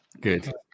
good